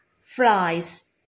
Flies